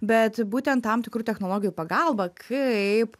bet būtent tam tikrų technologijų pagalba kaip